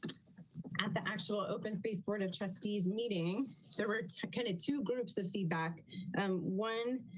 at the actual open space board of trustees meeting there were kind of two groups of feedback um one